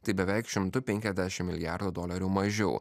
tai beveik šimtu penkiasdešim milijardų dolerių mažiau